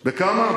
בכמה?